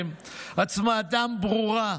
הצבעתם ברורה.